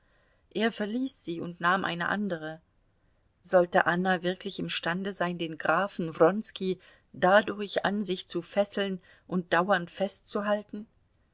er verließ sie und nahm eine andere sollte anna wirklich imstande sein den grafen wronski dadurch an sich zu fesseln und dauernd festzuhalten